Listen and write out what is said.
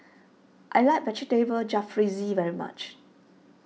I like Vegetable Jalfrezi very much